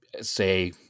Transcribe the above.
say